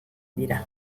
dira